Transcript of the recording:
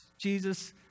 Jesus